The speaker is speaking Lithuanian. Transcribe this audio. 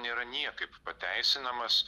nėra niekaip pateisinamas